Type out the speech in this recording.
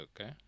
Okay